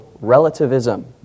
relativism